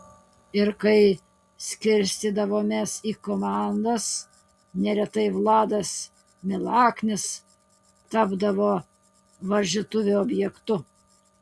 ir kai skirstydavomės į komandas neretai vladas milaknis tapdavo varžytuvių objektu